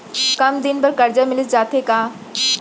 कम दिन बर करजा मिलिस जाथे का?